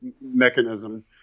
mechanism